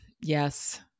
Yes